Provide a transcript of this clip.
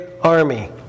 army